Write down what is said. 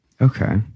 Okay